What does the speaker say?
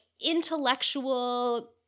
intellectual